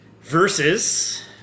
Versus